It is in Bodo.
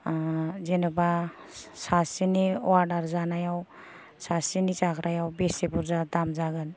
जेन'बा सासेनि अर्डार जानायाव सासेनि जाग्रायाव बेसे बुर्जा दाम जागोन